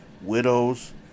widows